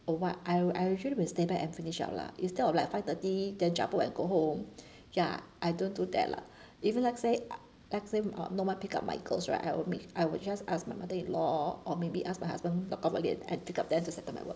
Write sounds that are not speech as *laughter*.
or what I'll I actually will stay back and finish up lah instead of like five thirty then cabut and go home *breath* ya I don't do that lah even let say uh let say uh I want to pick up my girls right I would make I would just ask my mother in law or maybe ask my husband knock off again and pick up them to settle my work